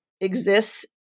exists